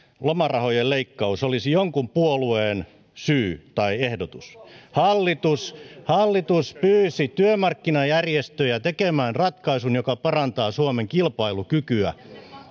lomarahojen leikkaus olisi jonkun puolueen syy tai ehdotus hallitus hallitus pyysi työmarkkinajärjestöjä tekemään ratkaisun joka parantaa suomen kilpailukykyä